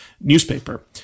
newspaper